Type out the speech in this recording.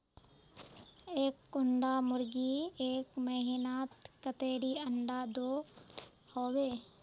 एक कुंडा मुर्गी एक महीनात कतेरी अंडा दो होबे?